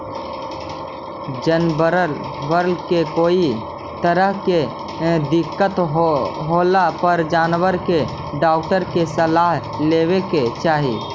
जनबरबन के कोई तरह के दिक्कत होला पर जानबर के डाक्टर के सलाह लेबे के चाहि